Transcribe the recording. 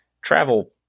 travel